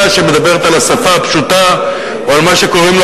שמדברת על השפה הפשוטה או על מה שקוראים לו,